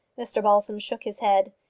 mr balsam shook his head.